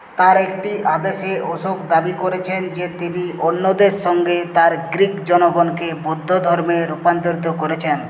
তাঁর একটি আদেশে অশোক দাবি করেছেন যে তিনি অন্যদের সঙ্গে তাঁর গ্রীক জনগণকে বৌদ্ধ ধর্মে রূপান্তরিত করেছেন